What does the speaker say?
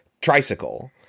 tricycle